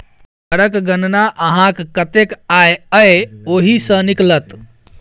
करक गणना अहाँक कतेक आय यै ओहि सँ निकलत